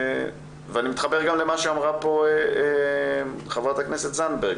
ואני מתחבר גם למה שאמרה פה חברת הכנסת זנדברג,